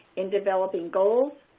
in developing goals,